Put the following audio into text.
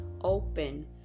open